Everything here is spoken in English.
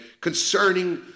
concerning